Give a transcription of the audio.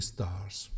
Stars